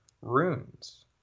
runes